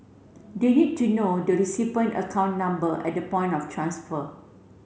the need to know the recipient account number at the point of transfer